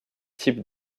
types